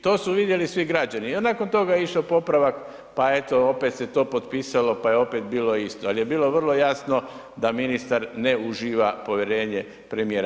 To su vidjeli svi građani i nakon toga je išao popravak pa eto opet se to potpisalo, pa je opet bilo isto, ali je bilo vrlo jasno da ministar ne uživa povjerenje premijera.